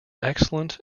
excellent